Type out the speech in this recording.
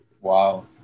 Wow